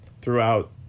throughout